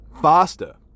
faster